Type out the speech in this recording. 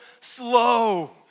slow